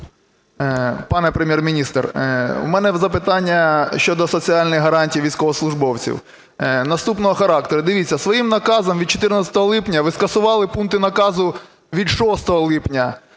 Пане Прем'єр-міністр, у мене запитання щодо соціальних гарантій військовослужбовців наступного характеру. Дивіться, своїм Наказом від 14 липня ви скасували пункти Наказу від 6 липня